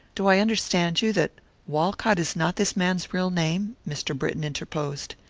do i understand you that walcott is not this man's real name? mr. britton interposed.